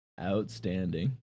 Outstanding